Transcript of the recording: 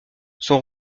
son